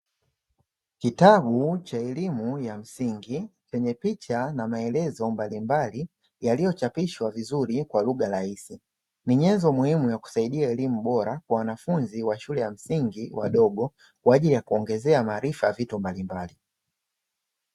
Kitabu cha elimu ya msingi chenye picha na maelezo mbalimbali yaliyochapishwa vizuri kwa lugha rahisi, ni nyenzo muhimu ya kusaidia elimu bora kwa wanafunzi wa shule ya msingi wadogo, kwa ajili ya kuwaongezea maarifa ya vitu mbalimbali.